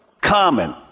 common